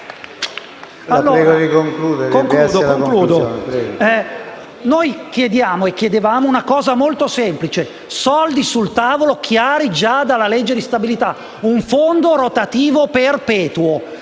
*(M5S)*. Concludo. Noi chiedevamo e chiediamo una cosa molto semplice: soldi sul tavolo chiari già dalla legge di stabilità, un fondo rotativo perpetuo.